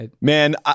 man